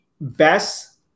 best